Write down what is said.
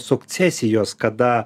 sukcesijos kada